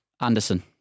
Anderson